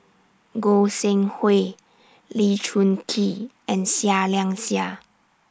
Goi Seng Hui Lee Choon Kee and Seah Liang Seah